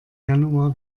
januar